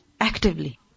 actively